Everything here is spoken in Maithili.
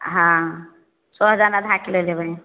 हाँ सोहजन अधा किलो लेबै